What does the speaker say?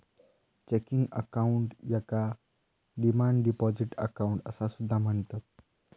checking account याका demand deposit account असा सुद्धा म्हणतत